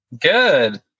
Good